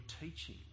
teaching